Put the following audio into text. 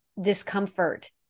discomfort